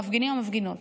המפגינים והמפגינות,